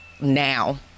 now